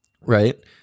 right